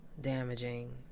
damaging